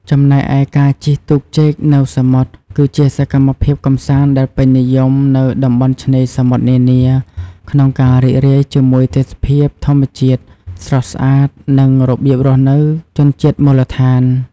ចំណែកឯការជិះទូកចេកនៅសមុទ្រ គឺជាសកម្មភាពកម្សាន្តដែលពេញនិយមនៅតំបន់ឆ្នេរសមុទ្រនានា ក្នុងការរីករាយជាមួយទេសភាពធម្មជាតិស្រស់ស្អាត និង របៀបរស់នៅជនជាតិមូលដ្ឋាន។